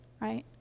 right